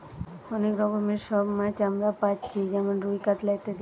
অনেক রকমের সব মাছ আমরা পাচ্ছি যেমন রুই, কাতলা ইত্যাদি